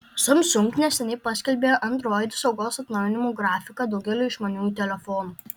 samsung neseniai paskelbė android saugos atnaujinimų grafiką daugeliui išmaniųjų telefonų